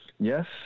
Yes